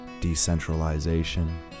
decentralization